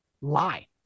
lie